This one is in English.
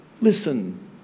Listen